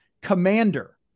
commander